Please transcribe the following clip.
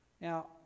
Now